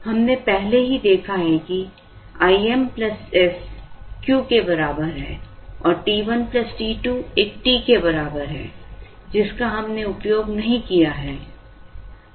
हमने पहले ही देखा है कि I m s Q के बराबर है और t 1 t 2 एक T के बराबर है जिसका हमने उपयोग नहीं किया है